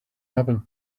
happen